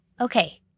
okay